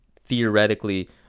theoretically